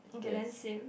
okay then same